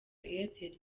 airtel